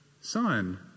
son